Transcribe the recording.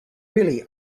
really